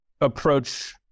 approach